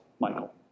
Michael